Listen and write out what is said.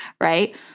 right